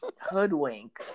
hoodwink